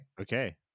Okay